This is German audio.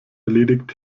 erledigt